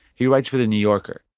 he writes for the new yorker.